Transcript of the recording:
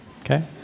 Okay